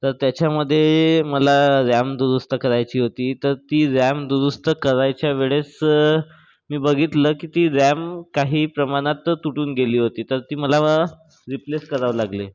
तर त्याच्यामधे मला रॅम दुरुस्त करायची होती तर ती रॅम दुरुस्त करायच्या वेळेस मी बघितलं की ती रॅम काही प्रमाणात तुटून गेली होती तर ती मला रिप्लेस करावी लागली